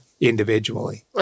individually